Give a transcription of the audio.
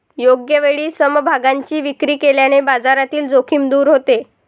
योग्य वेळी समभागांची विक्री केल्याने बाजारातील जोखीम दूर होते